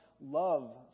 love